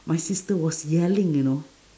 my sister was yelling you know